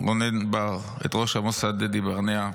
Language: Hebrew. רונן בר, את ראש המוסד דדי ברנע,